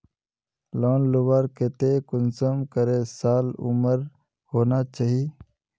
Loan लुबार केते कुंसम करे साल उमर होना चही?